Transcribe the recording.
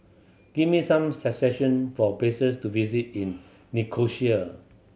give me some suggestion for places to visit in Nicosia